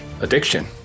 addiction